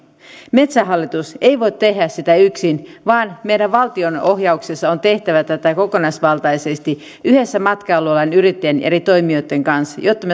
metsähallitus ei voi tehdä sitä yksin vaan meidän on valtion ohjauksessa tehtävä tätä kokonaisvaltaisesti yhdessä matkailualan yrittäjien ja eri toimijoitten kanssa jotta